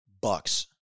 Bucks